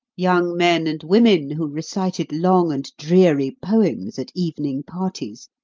young men and women who recited long and dreary poems at evening parties,